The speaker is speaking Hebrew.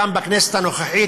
גם בכנסת הנוכחית,